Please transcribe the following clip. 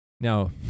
Now